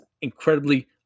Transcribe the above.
incredibly